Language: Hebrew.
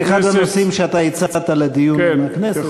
זה אחד הנושאים שאתה הצעת לדיון בכנסת,